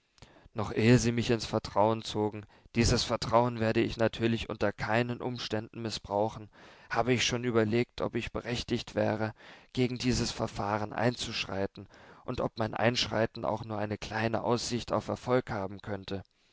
noch ehe sie mich ins vertrauen zogen dieses vertrauen werde ich natürlich unter keinen umständen mißbrauchen habe ich schon überlegt ob ich berechtigt wäre gegen dieses verfahren einzuschreiten und ob mein einschreiten auch nur eine kleine aussicht auf erfolg haben könnte